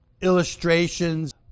illustrations